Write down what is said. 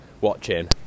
watching